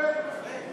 כל מה שדיברתי בהתחלה,